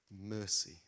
mercy